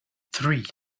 three